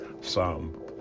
Psalm